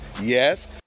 Yes